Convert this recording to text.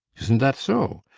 isn't that so?